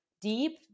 deep